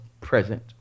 present